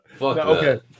Okay